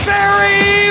Barry